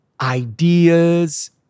ideas